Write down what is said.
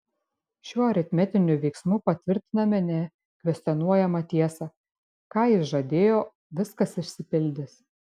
šiuo aritmetiniu veiksmu patvirtiname nekvestionuojamą tiesą ką jis žadėjo viskas išsipildys